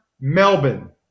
Melbourne